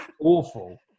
Awful